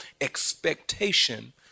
expectation